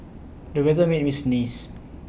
the weather made me sneeze